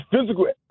physical